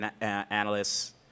analysts